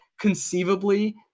conceivably